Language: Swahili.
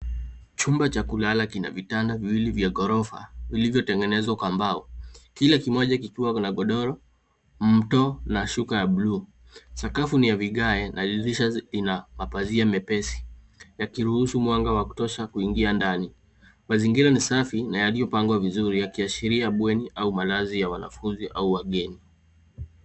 Chumba cha kulala kina vitanda viwili vya ghorofa vilivyo tengenezwa kwa mbao. Kila kimoja kikiwa na godoro, mto na shuka ya bluu. Sakafu ni ya vigae na dirisha ina mapazia mepesi yakiruhusu mwangaza wa kutosha kuingia ndani. Mazingira ni safi na yaliopangwa vizuri yakiashiria bweni au Malazi ya wanafunzi au wageni.